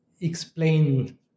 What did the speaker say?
explain